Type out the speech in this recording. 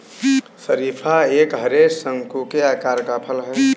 शरीफा एक हरे, शंकु के आकार का फल है